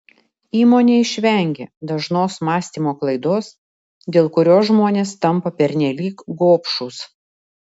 įmonė išvengė dažnos mąstymo klaidos dėl kurios žmonės tampa pernelyg gobšūs